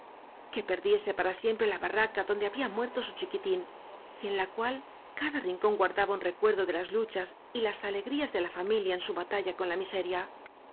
que perdiese para siempre la barraca don de había muerto su chiquitín y en la cual cada rincón guardaba un recuerdo de las luchas y las aleerías de la familia en su batalla con la miseria